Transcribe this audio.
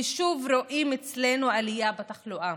ושוב רואים אצלנו עלייה בתחלואה,